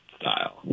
style